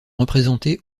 représentés